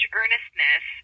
earnestness